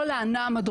כל האנ"מ,